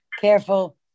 careful